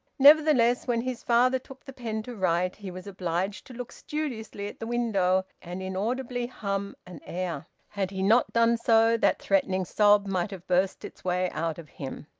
nevertheless when his father took the pen to write he was obliged to look studiously at the window and inaudibly hum an air. had he not done so, that threatening sob might have burst its way out of him.